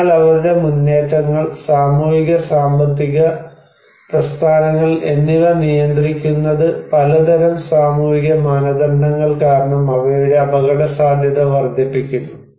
അതിനാൽ അവരുടെ മുന്നേറ്റങ്ങൾ സാമൂഹിക സാമ്പത്തിക പ്രസ്ഥാനങ്ങൾ എന്നിവ നിയന്ത്രിക്കുന്നത് പലതരം സാമൂഹിക മാനദണ്ഡങ്ങൾ കാരണം അവയുടെ അപകടസാധ്യത വർദ്ധിപ്പിക്കുന്നു